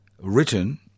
written